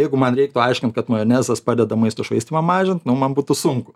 jeigu man reiktų aiškint kad majonezas padeda maisto švaistymą mažint nu man būtų sunku